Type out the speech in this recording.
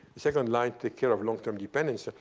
the second line took care of long-term dependence.